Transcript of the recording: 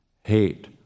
hate